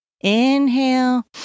inhale